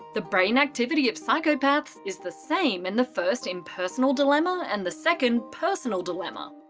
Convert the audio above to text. the brain activity of psychopaths is the same in the first, impersonal dilemma and the second, personal dilemma.